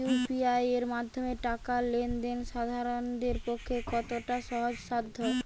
UPI এর মাধ্যমে টাকা লেন দেন সাধারনদের পক্ষে কতটা সহজসাধ্য?